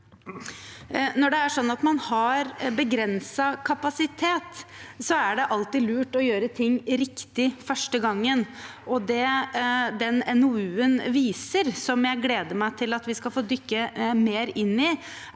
Når man har begrenset kapasitet, er det alltid lurt å gjøre ting riktig den første gangen. Det den NOU-en viser, som jeg gleder meg til at vi skal få dykke mer ned i,